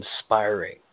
inspiring